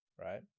right